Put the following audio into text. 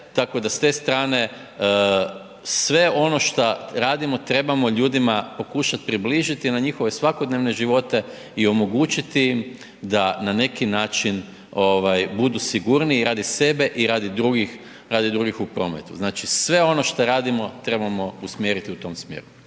Tako da s te strane sve ono šta radimo trebamo ljudima pokušati približiti i na njihove svakodnevne život i omogućiti im da na neki način budu sigurniji radi sebe i radi drugih u prometu. Znači sve ono šta radimo trebamo usmjeriti u tom smjeru.